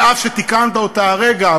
אף שתיקנת אותה הרגע.